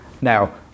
now